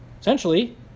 essentially